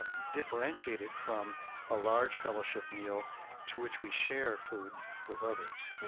ah differentiated from a large fellowship meal to which we share food with others?